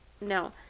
no